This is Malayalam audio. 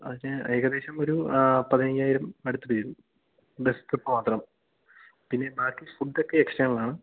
അതിന് ഏകദേശം ഒരു പതിനയ്യായിരം അടുത്ത് വരും ബസ് ട്രിപ്പ് മാത്രം പിന്നെ ബാക്കി ഫുഡ്ഡക്കെ എക്സ്റ്റേണലാണ്